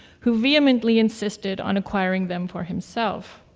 who vehemently insisted on acquiring them for himself.